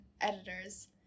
editors